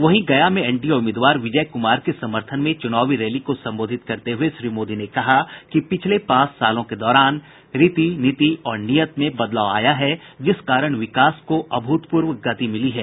वहीं गया में एनडीए उम्मीदवार विजय कुमार के समर्थन में चुनावी रैली को संबोधित करते हुए श्री मोदी ने कहा कि पिछले पांच सालों के दौरान रीति नीति और नियत में बदलाव आया है जिस कारण विकास को अभूतपूर्व गति मिली है